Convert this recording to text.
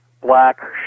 black